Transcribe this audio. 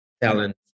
talent